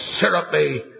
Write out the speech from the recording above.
syrupy